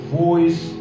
voice